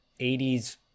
80s